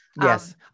yes